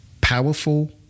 powerful